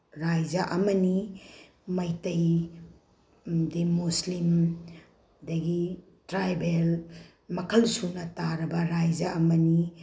ꯔꯥꯏꯖ ꯑꯃꯅꯤ ꯃꯩꯇꯩ ꯗꯤ ꯃꯨꯁꯂꯤꯝ ꯑꯗꯒꯤ ꯇ꯭ꯔꯥꯏꯕꯦꯜ ꯃꯈꯜ ꯁꯨꯅ ꯇꯥꯔꯕ ꯔꯥꯏꯖ ꯑꯃꯅꯤ